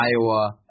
Iowa